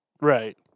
right